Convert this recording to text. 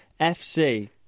FC